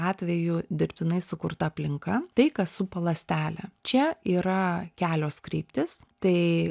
atveju dirbtinai sukurta aplinka tai kas supa ląstelę čia yra kelios kryptys tai